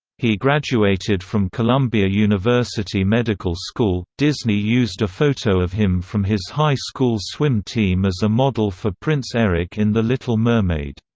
he graduated from columbia university medical school disney used a photo of him from his high school swim team as a model for prince eric in the little mermaid.